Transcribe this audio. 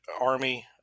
Army